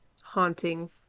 Haunting